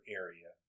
area